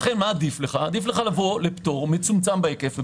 לכן עדיף לך לבוא לפטור מצומצם בהיקף,